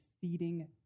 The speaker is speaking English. feeding